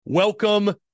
Welcome